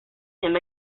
him